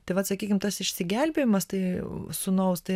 tai vat sakykim tas išsigelbėjimas tai sūnaus tai